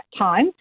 time